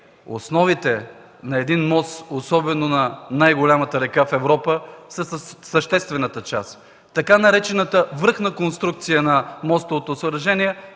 основите на един мост, особено на най-голямата река в Европа, са съществената част. Така наречената „връхна конструкция” на мостовото съоръжение